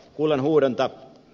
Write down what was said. kullanhuuhdonta